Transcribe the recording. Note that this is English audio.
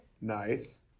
Nice